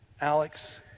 Alex